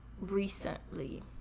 recently